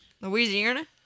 Louisiana